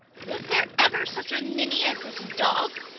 was there ever such a ninny as this dog?